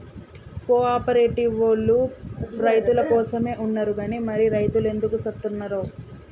కో ఆపరేటివోల్లు రైతులకోసమే ఉన్నరు గని మరి రైతులెందుకు సత్తున్నరో